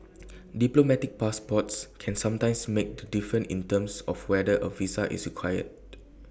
diplomatic passports can sometimes make the difference in terms of whether A visa is required